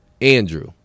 Andrew